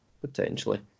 potentially